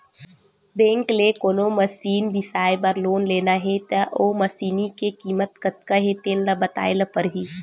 bank ले कोनो machine बिसाए बर लोन लेना हे त ओ मसीनी के कीमत कतका हे तेन ल बताए ल परही